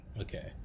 Okay